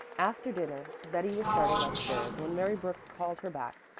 after dinner betty was starting up-stairs when mary brooks called her back.